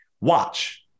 Watch